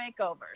makeovers